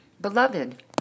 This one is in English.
Beloved